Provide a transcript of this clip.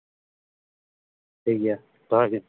ᱴᱷᱤᱠ ᱜᱮᱭᱟ ᱫᱚᱦᱚᱭ ᱵᱤᱱ